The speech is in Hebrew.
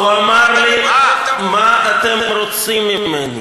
הוא אמר לי: מה אתם רוצים ממני?